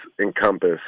encompass